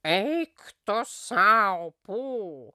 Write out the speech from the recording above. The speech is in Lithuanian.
eik tu sau o